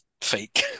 fake